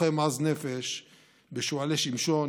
לוחם עז נפש בשועלי שמשון,